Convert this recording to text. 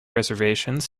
reservations